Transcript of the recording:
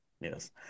Yes